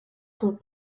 son